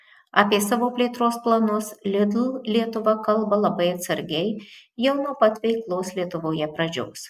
apie savo plėtros planus lidl lietuva kalba labai atsargiai jau nuo pat veiklos lietuvoje pradžios